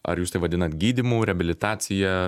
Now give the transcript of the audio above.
ar jūs tai vadinat gydymu reabilitacija